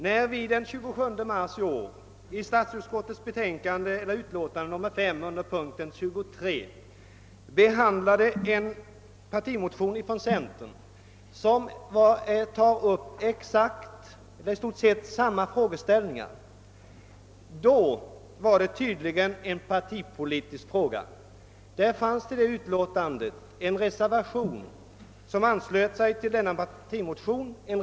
När vi den 27 mars i år behandlade statsutskottets utlåtande nr 5 fanns under punkten 23 en partimotion från centerpartiet , i vilken togs upp exakt samma frågeställningar, men då var det tydligen en partipolitisk fråga. Det fanns en reservation fogad till detta utlåtande vilken reservation anslöt sig till partimotionen.